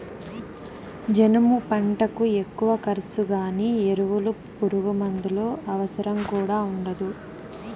జనుము పంటకు ఎక్కువ ఖర్చు గానీ ఎరువులు పురుగుమందుల అవసరం కూడా ఉండదు